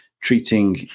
treating